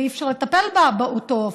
ואי-אפשר לטפל בה באותו אופן,